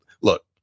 look